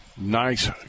nice